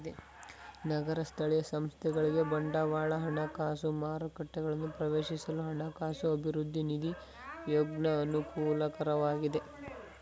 ನಗರ ಸ್ಥಳೀಯ ಸಂಸ್ಥೆಗಳಿಗೆ ಬಂಡವಾಳ ಹಣಕಾಸು ಮಾರುಕಟ್ಟೆಗಳನ್ನು ಪ್ರವೇಶಿಸಲು ಹಣಕಾಸು ಅಭಿವೃದ್ಧಿ ನಿಧಿ ಯೋಜ್ನ ಅನುಕೂಲಕರವಾಗಿದೆ